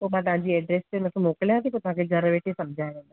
पोइ मां तव्हांजी एड्रेस ते उनखे मोकलिया थी पोइ तव्हांखे घर वेठे समझाइ वेंदव